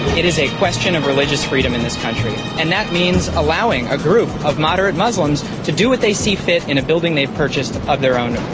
it is a question of religious freedom in this country, and that means allowing a group of moderate muslims to do what they see fit in a building they're purchased of their own